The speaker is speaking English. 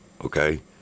okay